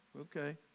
okay